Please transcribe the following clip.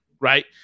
right